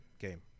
game